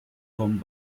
kommen